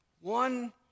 One